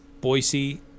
Boise